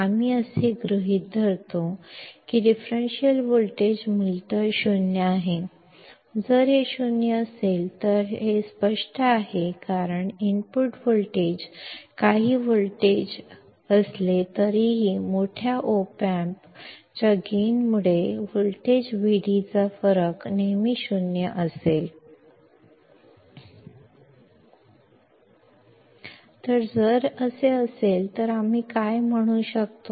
आम्ही असे गृहीत धरतो की विभेदक व्होल्टेज मूलतः 0 आहे जर हे मूलतः 0 असेल तर हे स्पष्ट आहे कारण इनपुट व्होल्टेज काही व्होल्टचे असले तरीही मोठ्या op amp लाभांमुळे व्होल्टेज Vd चा फरक नेहमी 0 असेल तर जर असे असेल तर आम्ही काय म्हणू शकतो